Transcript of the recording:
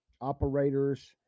operators